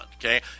okay